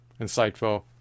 insightful